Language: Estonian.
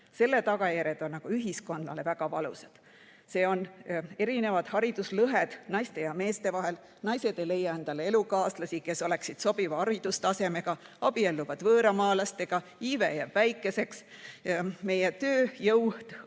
selle tagajärjed on aga ühiskonnale väga valusad. See tähendab erinevaid hariduslõhesid naiste ja meeste vahel, naised ei leia endale elukaaslasi, kes oleksid sobiva haridustasemega, nad abielluvad võõramaalastega, iive jääb väikeseks, meie tööjõud